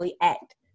act